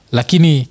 Lakini